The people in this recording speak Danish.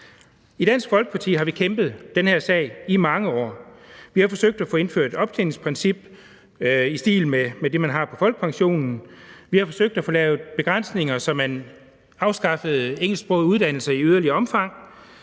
I Dansk Folkeparti har vi kæmpet den her sag i mange år. Vi har forsøgt at få indført et optjeningsprincip i stil med det, man har for folkepensionen. Vi har forsøgt at få lavet begrænsninger, så man afskaffede engelsksprogede uddannelser i yderligere omfang.